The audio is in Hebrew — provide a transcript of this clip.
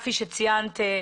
כפי שציינת,